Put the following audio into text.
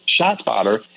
ShotSpotter